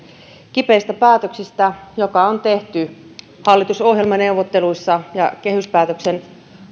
kipeistä päätöksistä joka on tehty hallitusohjelmaneuvotteluissa ja kehyspäätöksen